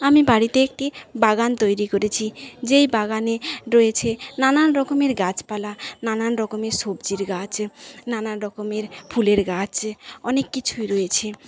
আমি বাড়িতে একটি বাগান তৈরি করেছি যে বাগানে রয়েছে নানান রকমের গাছ পালা নানান রকমের সবজির গাছ নানান রকমের ফুলের গাছ অনেক কিছুই রয়েছে